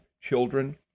children